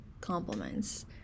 compliments